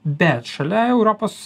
bet šalia europos